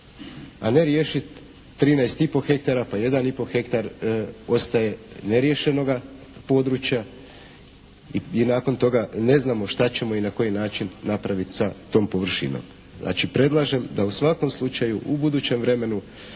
a ne riješiti 13 i po hektara pa 1 i po hektar ostaje neriješenoga područja i nakon toga ne znamo šta ćemo i na koji način napraviti sa tom površinom. Znači predlažem da u svakom slučaju u budućem vremenu